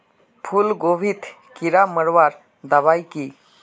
फूलगोभीत कीड़ा मारवार दबाई की?